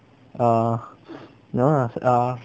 err you know ah err